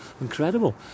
incredible